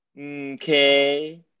Okay